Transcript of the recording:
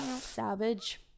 Savage